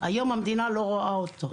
היום המדינה לא רואה אותו,